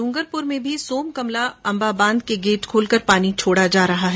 डूंगरपुर में भी सोमकमला अंबा बांध के गेट खोलकर पानी छोड़ा जा रहा है